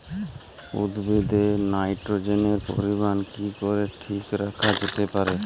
উদ্ভিদে নাইট্রোজেনের পরিমাণ কি করে ঠিক রাখা যেতে পারে?